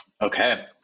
okay